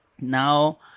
Now